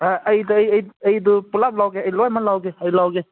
ꯑꯩ ꯑꯩꯗꯣ ꯄꯨꯟꯂꯞ ꯂꯧꯒꯦ ꯑꯩ ꯂꯣꯏꯅꯃꯛ ꯂꯧꯒꯦ ꯑꯩ ꯂꯧꯒꯦ